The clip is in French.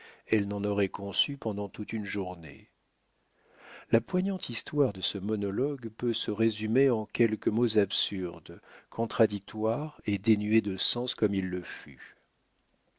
elle n'en aurait conçu pendant toute une journée la poignante histoire de ce monologue peut se résumer en quelques mots absurdes contradictoires et dénués de sens comme il le fut